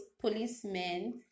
policemen